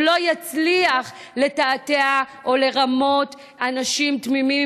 הוא לא יצליח לתעתע או לרמות אנשים תמימים